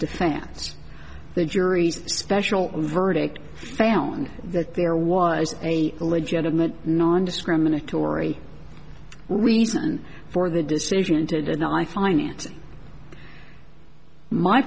finance the jury's special verdict found that there was a legitimate nondiscriminatory wesen for the decision to deny financing my